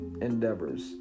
endeavors